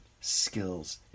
skills